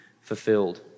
fulfilled